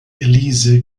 elise